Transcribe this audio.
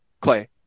Clay